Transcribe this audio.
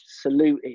saluted